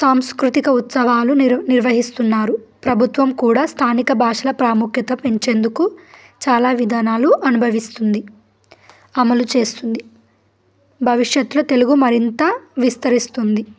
సాంస్కృతిక ఉత్సవాలు నిర్వహిస్తున్నారు ప్రభుత్వం కూడా స్థానిక భాషల ప్రాముఖ్యత పెంచేందుకు చాలా విధానాలు అనుభవిస్తుంది అమలు చేస్తుంది భవిష్యత్తులో తెలుగు మరింత విస్తరిస్తుంది